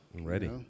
Ready